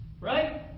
Right